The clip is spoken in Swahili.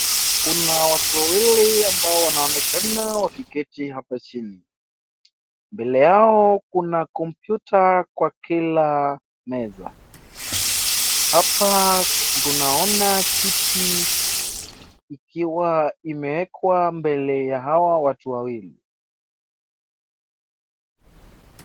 Kuna watu wawili ambao wanaonekana wakiketi hapa chini mbele yao kuna computer kwa kila meza, hapa tunaona kiti ikiwa imewekwa mbele ya hawa watu wawili.